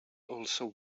also